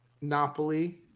Napoli